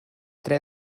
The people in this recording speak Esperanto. tre